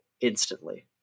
instantly